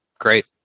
Great